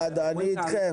אלעד, אני איתכם.